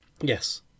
Yes